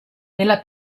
nella